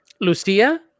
Lucia